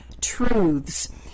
Truths